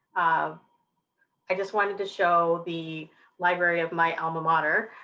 um i just wanted to show the library of my alma mater,